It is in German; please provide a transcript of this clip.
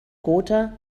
gotha